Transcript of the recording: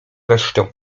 resztę